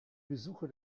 besuche